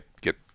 Get